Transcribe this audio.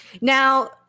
Now